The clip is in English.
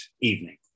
evening